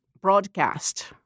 broadcast